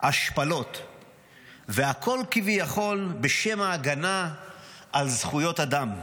השפלות והכול, כביכול, בשם ההגנה על זכויות אדם.